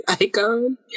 icon